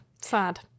Sad